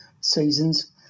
seasons